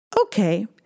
Okay